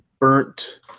burnt